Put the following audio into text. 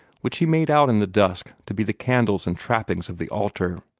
which he made out in the dusk to be the candles and trappings of the altar.